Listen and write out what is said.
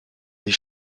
des